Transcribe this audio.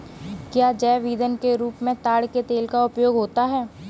क्या जैव ईंधन के रूप में ताड़ के तेल का उपयोग होता है?